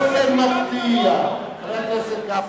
באופן מפתיע, חבר הכנסת גפני,